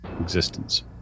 existence